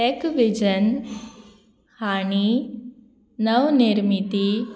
एक विजन हांणी नवनिर्मिती